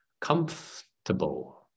comfortable